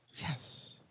Yes